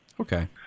okay